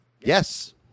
Yes